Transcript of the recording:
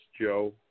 Joe